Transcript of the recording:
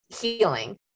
healing